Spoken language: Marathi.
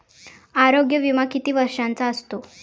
आरोग्य विमा किती वर्षांचा असतो?